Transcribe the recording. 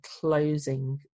closing